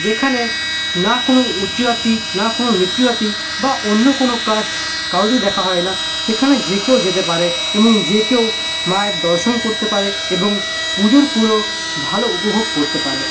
যেখানে না কোনো উঁচু জাতি না কোনো নিচু জাতি বা অন্য কোনো কাস্ট কারুরই দেখা হয় না সেখানে যে কেউ যেতে পারে এবং যে কেউ মায়ের দর্শন করতে পারে এবং পুজোর পুরো ভালো উপভোগ করতে পারে